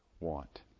want